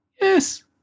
Yes